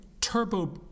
turbo